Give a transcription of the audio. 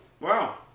Wow